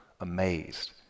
amazed